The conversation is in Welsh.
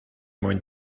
mwyn